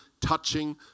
touching